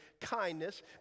kindness